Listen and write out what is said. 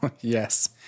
Yes